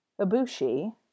Ibushi